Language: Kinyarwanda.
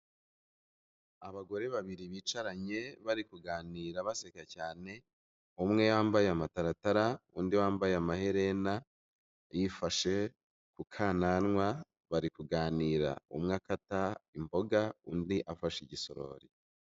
Abagore babiri bicaranye, bari kuganira baseka cyane, umwe yambaye amataratara, undi wambaye amaherena, yifashe kukananwa, bari kuganira, umwe akata imboga, undi afashe igisorori.